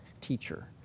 teacher